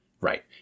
Right